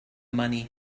money